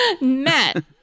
Matt